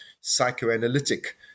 psychoanalytic